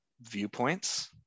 viewpoints